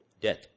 death